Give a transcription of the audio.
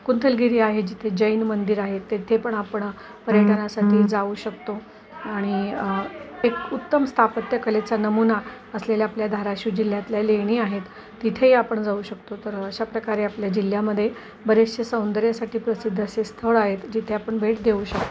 कुंथलगिरी आहे जिथे जैन मंदिर आहे तिथे पण आपण पर्यटनासाठी जाऊ शकतो आणि एक उत्तम स्थापत्यकलेचा नमूना असलेल्या आपल्या धाराशिव जिल्ह्यातल्या लेणी आहेत तिथेही आपण जाऊ शकतो तर अशाप्रकारे आपल्या जिल्ह्यामध्ये बरेचसे सौंदर्यासाठी प्रसिद्ध असे स्थळ आहेत जिथे आपण भेट देऊ शकतो